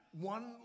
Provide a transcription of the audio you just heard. One